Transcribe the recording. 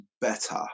better